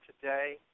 today